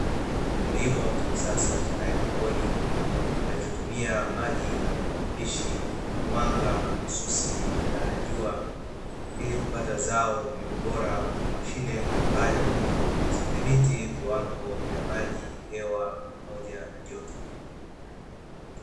Kilimo cha kisasa cha hydroponi kinachotumia maji na virutubishi na mwanga mahususi badala ya jua ili kupata zao lililo bora, mashine mbalimbali zikidhibiti viwango vya maji, hewa pamoja na joto.